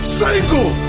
single